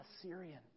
Assyrian